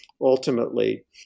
ultimately